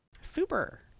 Super